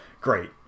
great